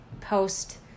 post